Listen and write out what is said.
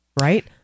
Right